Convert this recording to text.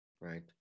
Right